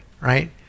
right